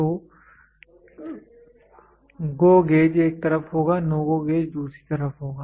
तो GO gauge एक तरफ होगा NO GO गेज दूसरी तरफ होगा